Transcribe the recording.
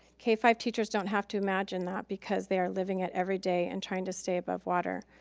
k five teachers don't have to imagine that because they are living it every day and trying to stay above water.